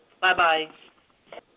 Bye-bye